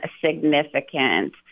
significant